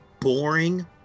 boring